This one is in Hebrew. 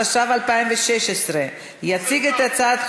התשע"ו